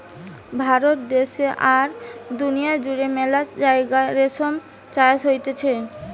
ভারত দ্যাশে আর দুনিয়া জুড়ে মেলা জাগায় রেশম চাষ হতিছে